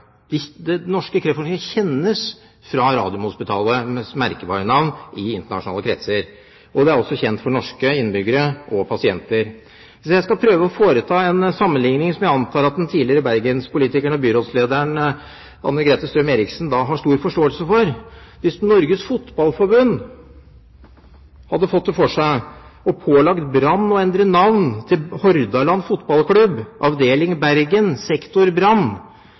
Norske Kreftforening kjennes fra Radiumhospitalets merkevarenavn i internasjonale kretser, og det er også kjent for norske innbyggere og pasienter. Jeg skal prøve å foreta en sammenlikning som jeg antar at den tidligere Bergen-politikeren og byrådslederen Anne-Grete Strøm-Erichsen har stor forståelse for. Hvis Norges Fotballforbund hadde fått det for seg å pålegge Brann å endre navn til Hordaland fotballklubb, avdeling Bergen, sektor Brann,